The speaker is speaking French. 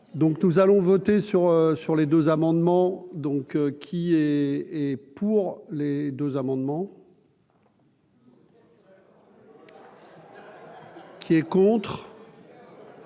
donc nous allons voter sur. Sur les deux amendements donc qui et pour les 2 amendements. Qui est contre.